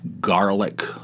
garlic